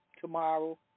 tomorrow